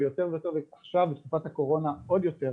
ויותר ויותר בתקופת הקורונה עוד יותר,